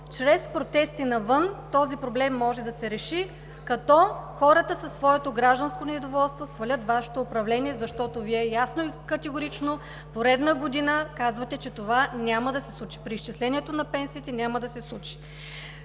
чрез протести навън този проблем може да се реши, като хората със своето гражданско недоволство свалят Вашето управление, защото Вие ясно и категорично поредна година казвате, че преизчислението на пенсиите няма да се случи.